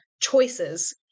choices